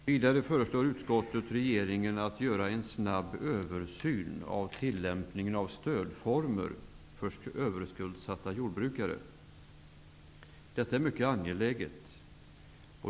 Vidare föreslår utskottet regeringen att den skall göra en snabb översyn av tillämpningen av stöd för överskuldsatta jordbrukare. Detta är mycket angeläget.